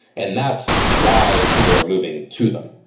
and that's why people are moving to them.